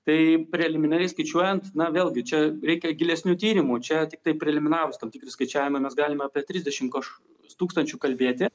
tai preliminariai skaičiuojant na vėlgi čia reikia gilesnių tyrimų čia tiktai preliminarūs tam tikri skaičiavimai mes galime apie trisdešim kaš tūkstančių kalbėti